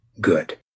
good